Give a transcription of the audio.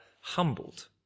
humbled